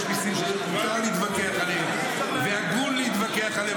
ויש נושאים שמותר להתווכח עליהם והגון להתווכח עליהם.